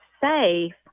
safe